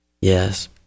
yes